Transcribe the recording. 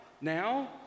now